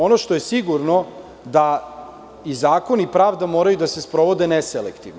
Ono što je sigurno da i zakon i pravda moraju da se sprovode neselektivno.